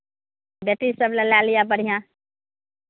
बेटीसभ लेल लऽ लिअ बढ़िआँ